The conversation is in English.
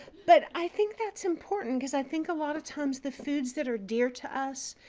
but i think that's important because i think a lot of times the foods that are dear to us,